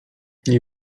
nie